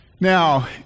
Now